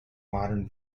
modern